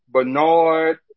Bernard